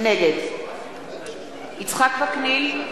נגד יצחק וקנין,